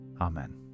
Amen